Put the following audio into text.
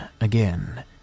again